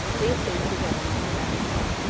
they assumed the government of avignon,